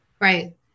Right